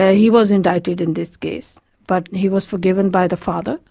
yeah he was indicted in this case but he was forgiven by the father,